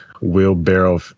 wheelbarrow